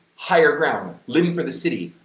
higher ground, living for the city,